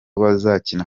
bazakina